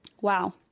Wow